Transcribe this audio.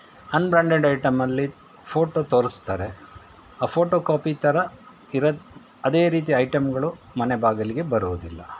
unbranded ಐಟಮಲ್ಲಿ photo ತೋರಿಸ್ತಾರೆ ಆ ಪೋಟೋ ಕಾಪಿ ಥರ ಇರ್ ಅದೇ ರೀತಿ ಐಟಮ್ಗಳು ಮನೆ ಬಾಗಿಲಿಗೆ ಬರೋದಿಲ್ಲ